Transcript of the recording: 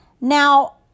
Now